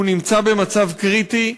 הוא נמצא במצב קריטי,